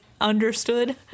understood